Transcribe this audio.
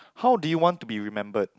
how do you want to be remembered